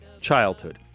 Childhood